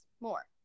more